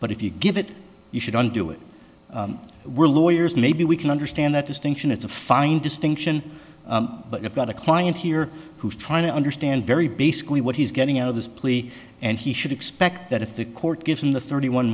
but if you give it you shouldn't do it we're lawyers and maybe we can understand that distinction it's a fine distinction but you've got a client here who's trying to understand very basically what he's getting out of this plea and he should expect that if the court gives him the thirty one